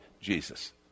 Jesus